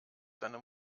seine